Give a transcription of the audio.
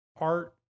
art